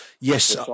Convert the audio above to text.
yes